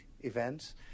events